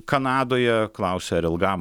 kanadoje klausė ar ilgam